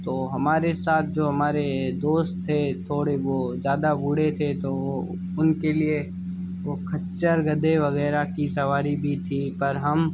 तो हमारे साथ जो हमारे दोस्त थे थोड़े वो ज़्यादा बूढ़े थे तो वो उनके लिए वो खच्चर गदहे वगैरह की सवारी भी थी पर हम